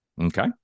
Okay